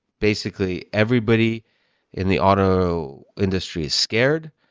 basically, everybody in the auto industry is scared,